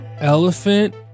Elephant